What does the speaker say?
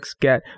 get